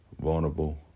vulnerable